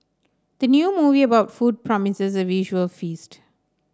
the new movie about food promises a visual feast